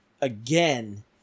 again